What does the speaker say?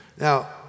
Now